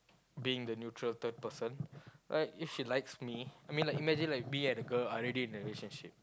being the neutral third person like if she likes me I mean like imagine like me and the girl are already in a relationship